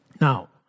Now